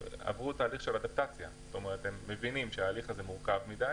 עברו תהליך של אדפטציה והם מבינים שזה מורכב מדי